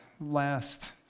last